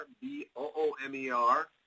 B-O-O-M-E-R